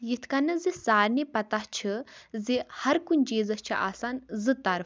یِتھ کٔنۍ زِ سارنٕے پَتہ چھِ زِ ہر کُنہِ چیزَس چھِ آسان زٕ طرفہٕ